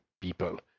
people